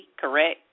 correct